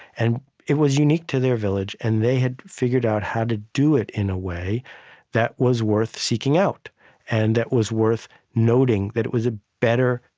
and it was unique to their village, and they had figured out how to do it in a way that was worth seeking out and that was worth noting, that it was a better,